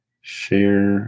share